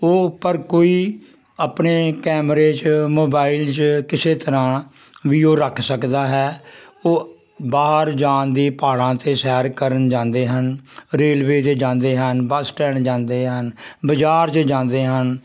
ਉਹ ਪਰ ਕੋਈ ਆਪਣੇ ਕੈਮਰੇ 'ਚ ਮੋਬਾਈਲ 'ਚ ਕਿਸੇ ਤਰ੍ਹਾਂ ਵੀ ਉਹ ਰੱਖ ਸਕਦਾ ਹੈ ਉਹ ਬਾਹਰ ਜਾਣ ਦੀ ਪਹਾੜਾਂ 'ਤੇ ਸੈਰ ਕਰਨ ਜਾਂਦੇ ਹਨ ਰੇਲਵੇ 'ਚ ਜਾਂਦੇ ਹਨ ਬੱਸ ਸਟੈਂਡ ਜਾਂਦੇ ਹਨ ਬਾਜ਼ਾਰ 'ਚ ਜਾਂਦੇ ਹਨ